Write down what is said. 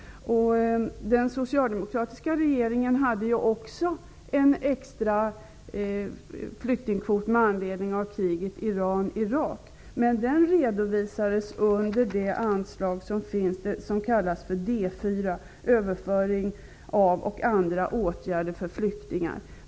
Den socialdemokratiska regeringen hade också en extra flyktingkvot med anledning av kriget mellan Iran och Irak. Den redovisades dock under det anslag som kallas för D 4, Överföring av och andra åtgärder för flyktingar.